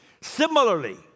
Similarly